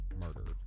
murdered